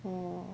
orh